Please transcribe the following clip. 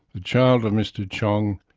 the child of mr chong,